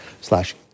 slash